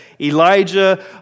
Elijah